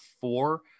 four